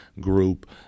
group